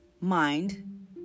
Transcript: mind